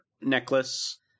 necklace